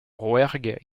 rouergue